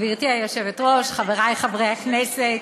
גברתי היושבת-ראש, חברי חברי הכנסת,